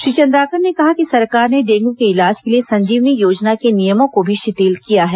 श्री चंद्राकर ने कहा कि सरकार ने डेंगू के इलाज के लिए संजीवनी योजना के नियमो को भी शिथिल किया है